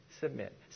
Submit